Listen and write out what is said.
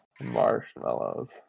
marshmallows